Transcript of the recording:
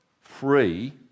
free